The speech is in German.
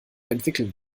entwickeln